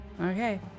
Okay